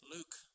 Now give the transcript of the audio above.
Luke